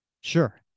Sure